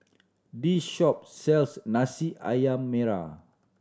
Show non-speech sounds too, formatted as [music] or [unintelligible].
this shop sells [unintelligible] ayam merah